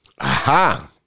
Aha